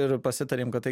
ir pasitarėm kad tai